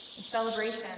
celebration